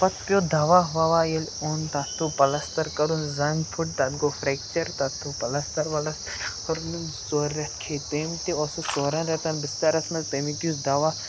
پَتہٕ پیوٚو دَوا وَوا ییٚلہِ اوٚن تَتھ پیوٚو پَلستَر کَرُن زَنٛگ پھٕٹ تَتھ گوٚو فرٛٮ۪کچَر تَتھ پیوٚو پَلستَر وَلَس کوٚر نہٕ زٕ ژور رٮ۪تھ کھیٚیہِ تٔمۍ تہِ اوس سُہ ژورَن رٮ۪تَن بِستَرَس منٛز تَمیُک یُس دَوا